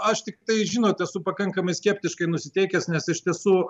aš tiktai žinot esu pakankamai skeptiškai nusiteikęs nes iš tiesų